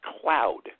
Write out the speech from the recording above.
Cloud